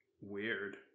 Weird